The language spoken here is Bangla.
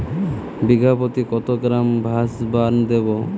বিঘাপ্রতি কত গ্রাম ডাসবার্ন দেবো?